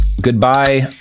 Goodbye